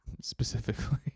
specifically